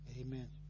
Amen